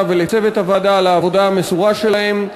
ולצוות הוועדה על העבודה המסורה שלהם.